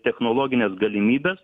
technologinės galimybės